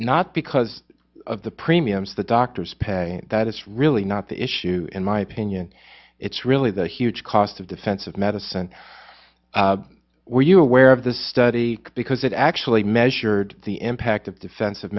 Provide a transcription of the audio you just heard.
not because of the premiums that doctors pay that it's really not the issue in my opinion it's really the huge cost of defensive medicine were you aware of the study because it actually measured the impact of defensive